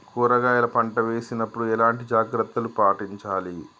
కూరగాయల పంట వేసినప్పుడు ఎలాంటి జాగ్రత్తలు పాటించాలి?